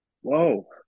Whoa